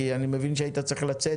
כי אני מבין שהיית צריך לצאת.